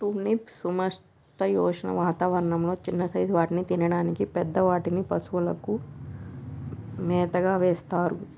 turnip సమశీతోష్ణ వాతావరణం లొ చిన్న సైజ్ వాటిని తినడానికి, పెద్ద వాటిని పశువులకు మేతగా వేస్తారు